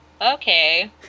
okay